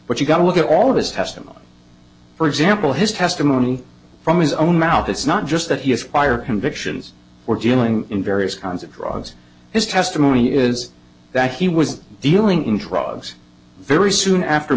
but you've got to look at all of us has them for example his testimony from his own mouth it's not just that he has fire convictions or dealing in various kinds of drugs his testimony is that he was dealing in drugs very soon after